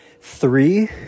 three